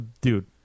dude